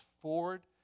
forward